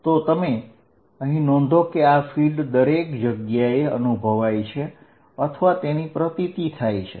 તો અહીં નોંધો કે આ ફિલ્ડ દરેક જગ્યાએ અનુભવાય છે અથવા તેની પ્રતીતિ થાય છે